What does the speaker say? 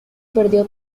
perdió